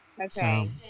Okay